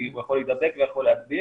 הוא יכול להידבק והוא יכול להדביק.